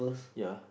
ya